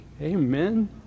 Amen